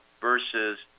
versus